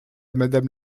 madame